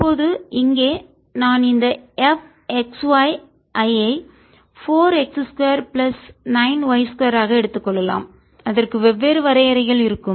இப்போது இங்கே நான் இந்த f x y ஐ 4 x 2 பிளஸ் 9 y 2 ஆக எடுத்துக் கொள்ளலாம் அதற்கு வெவ்வேறு வரையறைகள் இருக்கும்